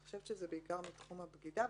אני חושבת שזה בעיקר מתחום הבגידה,